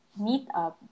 meetup